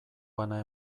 bana